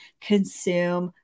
consume